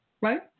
right